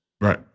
Right